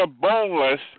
boneless